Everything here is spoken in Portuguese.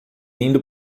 indo